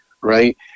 right